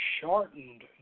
shortened